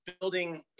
building